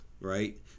right